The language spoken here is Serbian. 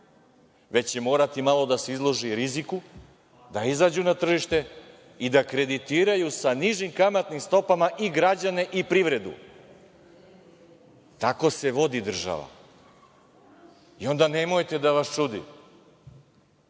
već će morati malo da se izlože riziku, da izađu na tržište i da kreditiraju sa nižim kamatnim stopama i građane i privredu. Tako se vodi država. Onda nemojte da vas čudi